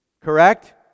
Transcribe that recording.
correct